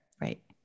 Right